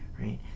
right